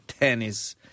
tennis